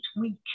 week